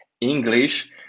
English